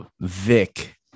Vic